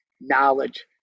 knowledge